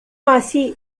así